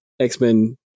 X-Men